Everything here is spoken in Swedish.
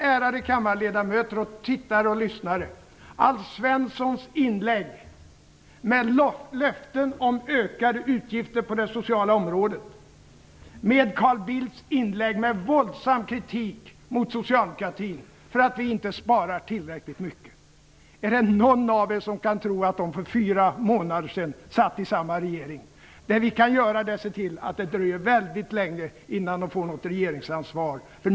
Ärade kammarledamöter samt tittare och lyssnare, ställ Alf Svenssons inlägg med löften om ökade utgifter på det sociala området mot Carl Bildts inlägg med våldsam kritik mot socialdemokratin för att vi inte sparar tillräckligt mycket! Är det någon av er som kan tro att de för fyra månader sedan satt i samma regering? Vad vi kan göra är att se till att det dröjer väldigt länge innan de får regeringsansvaret.